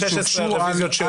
הרביזיות.